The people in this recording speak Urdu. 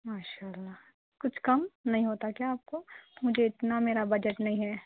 ماشاء اللہ کچھ کم نہیں ہوتا کیا آپ کو مجھے اتنا میرا بجٹ نہیں ہے